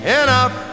enough